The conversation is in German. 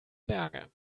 berge